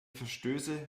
verstöße